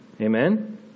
Amen